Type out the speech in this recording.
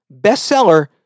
bestseller